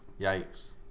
Yikes